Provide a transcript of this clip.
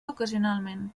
ocasionalment